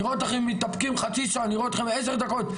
נראה אתכם מתאפקים חצי שעה, נראה אתכם עשר דקות.